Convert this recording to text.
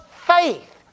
Faith